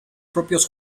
propios